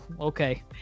okay